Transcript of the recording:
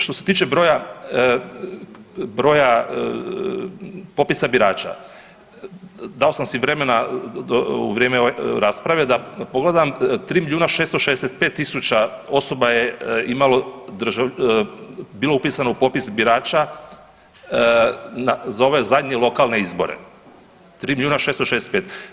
Što se tiče broja popisa birača, dao sam si vremena u vrijeme ove rasprave da pogledam 3 milijuna 665 tisuća osoba je imalo bilo upisano u popis birača za ove zadnje lokalne izbore, 3 milijuna 665.